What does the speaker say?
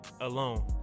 alone